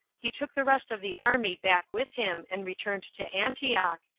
he took the rest of the army back with him, and returned to antioch,